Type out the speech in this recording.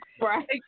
Right